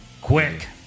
Quick